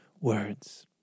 words